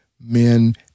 men